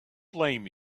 blame